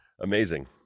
Amazing